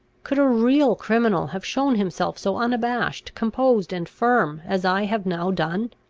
could a real criminal have shown himself so unabashed, composed, and firm as i have now done?